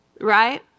right